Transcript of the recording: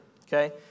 okay